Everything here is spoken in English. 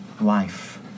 life